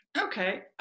Okay